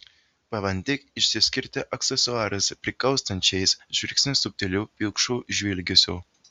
pabandyk išsiskirti aksesuarais prikaustančiais žvilgsnį subtiliu pilkšvu žvilgesiu